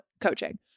coaching